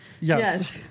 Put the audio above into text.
Yes